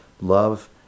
love